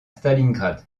stalingrad